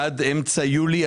עד אמצע יולי.